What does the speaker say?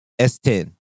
S10